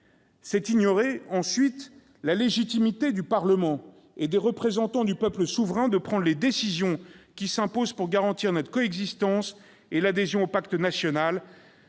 C'est ignorer, ensuite, la légitimité du Parlement et des représentants du peuple souverain de prendre les décisions qui s'imposent pour garantir notre coexistence et l'adhésion au pacte national.